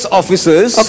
officers